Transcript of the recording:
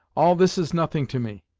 all this is nothing to me.